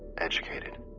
educated.